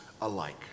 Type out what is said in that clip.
alike